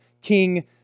King